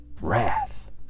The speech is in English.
wrath